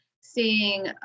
seeing